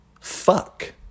fuck